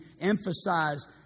emphasize